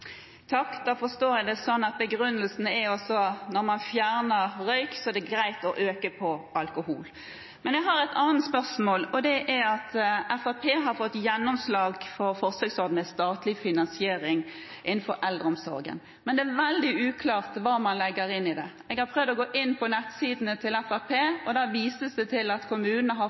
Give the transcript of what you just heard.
Da forstår jeg det sånn at begrunnelsen er at når man fjerner røyk, er det greit å øke alkoholdelen. Jeg har et annet spørsmål, og det går på at Fremskrittspartiet har fått gjennomslag for en forsøksordning med statlig finansiering innenfor eldreomsorgen, men det er veldig uklart hva man legger i det. Jeg har prøvd å gå inn på nettsidene til Fremskrittspartiet, og da vises det til at kommunene har